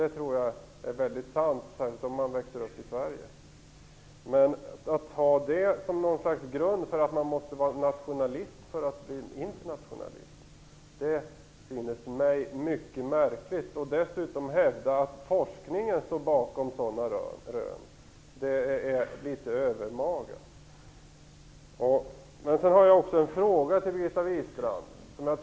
Jag tror att det är sant, särskilt för dem som växer upp i Sverige. Men att ha det som en grund för att man måste vara nationalist för att bli internationalist synes mig mycket märkligt. Att dessutom hävda att forskningen står bakom sådana rön är litet övermaga. Jag har också en fråga till Birgitta Wistrand.